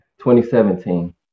2017